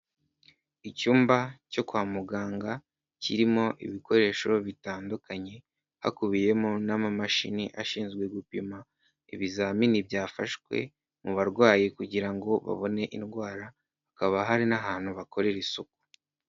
Icyumba cyo kwa muganga, kirimo ibikoresho bitandukanye, hakubiyemo n'amamashini ashinzwe gupima ibizamini byafashwe mu barwayi kugira ngo babone indwara, hakaba hari n'ahantu bakorera isuku.